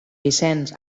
vicenç